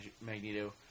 Magneto